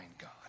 God